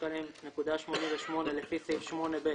453.88 לפי סעיף 8(ב)